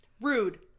rude